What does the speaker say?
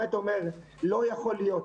לא יכול להיות,